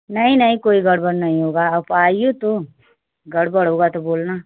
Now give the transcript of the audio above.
नहीं नहीं कोई गड़बड़ नहीं होगा आप आइए तो गड़बड़ होगा तो बोलना